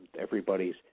Everybody's